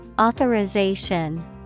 Authorization